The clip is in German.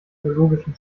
biologischen